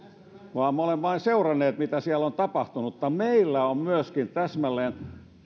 vaan me olemme vain seuranneet mitä siellä on tapahtunut mutta meillä on täsmälleen